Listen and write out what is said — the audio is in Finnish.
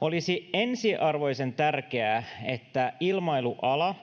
olisi ensiarvoisen tärkeää että ilmailuala